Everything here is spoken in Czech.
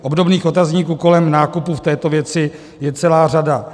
Obdobných otazníků kolem nákupu v této věci je celá řada.